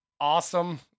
awesome